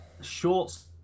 shorts